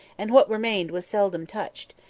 and what remained was seldom touched,